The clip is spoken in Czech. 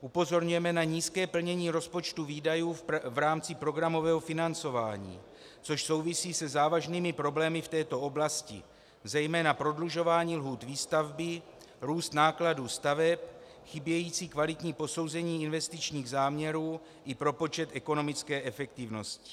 Upozorňujeme na nízké plnění rozpočtu výdajů v rámci programového financování, což souvisí se závažnými problémy v této oblasti, zejména prodlužování lhůt výstavby, růst nákladů staveb, chybějící kvalitní posouzení investičních záměrů i propočet ekonomické efektivnosti.